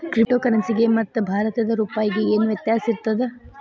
Crypto ಕರೆನ್ಸಿಗೆ ಮತ್ತ ಭಾರತದ್ ರೂಪಾಯಿಗೆ ಏನ್ ವ್ಯತ್ಯಾಸಿರ್ತದ?